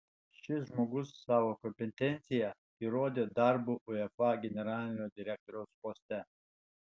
šis žmogus savo kompetenciją įrodė darbu uefa generalinio direktoriaus poste